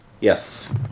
yes